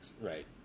right